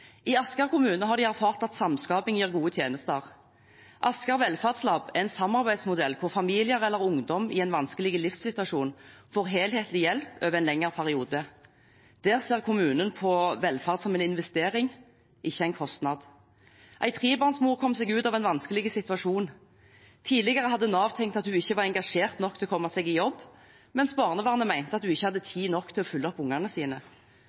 i offentlig sektor. I Asker kommune har de erfart at samskaping gir gode tjenester. Asker velferdslab er en samarbeidsmodell hvor familier eller ungdom i en vanskelig livssituasjon får helhetlig hjelp over en lengre periode. Der ser kommunen på velferd som en investering, ikke en kostnad. En trebarnsmor kom seg ut av en vanskelig situasjon. Tidligere hadde Nav tenkt at hun ikke var engasjert nok til å komme seg i jobb, mens barnevernet mente at hun ikke hadde tid nok til å følge opp ungene sine.